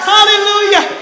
Hallelujah